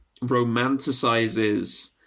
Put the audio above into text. romanticizes